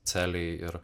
celėj ir